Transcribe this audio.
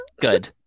good